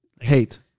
hate